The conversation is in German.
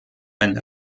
ein